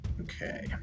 Okay